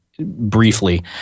briefly